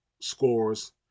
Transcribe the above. scores